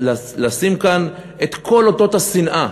ולשים כאן את כל אותות השנאה